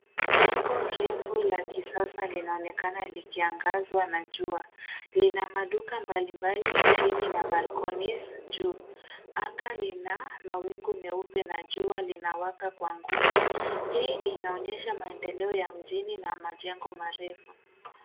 Jengo refu la kisasa linaonekana likiangazwa na jua. Lina maduka mbalimbali chini na balconies juu. Anga lina mawingu meupe na jua linawakwa kwa nguvu. Hii inaonyesha maendeleo ya mjini na majengo marefu.